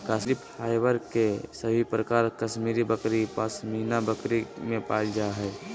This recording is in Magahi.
कश्मीरी फाइबर के सभे प्रकार कश्मीरी बकरी, पश्मीना बकरी में पायल जा हय